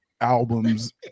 albums